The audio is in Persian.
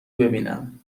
ببینم